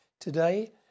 Today